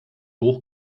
hoch